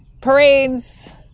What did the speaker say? parades